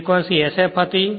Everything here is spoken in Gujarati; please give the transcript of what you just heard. ફ્રેક્વંસી sf હતી